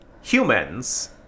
humans